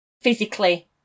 physically